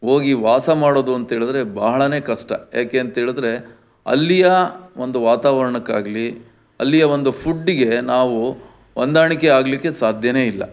ಹೋಗಿ ವಾಸಮಾಡೋದು ಅಂತೇಳಿದ್ರೆ ಬಹಳಾನೆ ಕಷ್ಟ ಯಾಕೆಂತೇಳಿದ್ರೆ ಅಲ್ಲಿಯ ಒಂದು ವಾತಾವರಣಕ್ಕಾಗ್ಲಿ ಅಲ್ಲಿಯ ಒಂದು ಫುಡ್ಡಿಗೆ ನಾವು ಹೊಂದಾಣಿಕೆ ಆಗಲಿಕ್ಕೆ ಸಾಧ್ಯನೇ ಇಲ್ಲ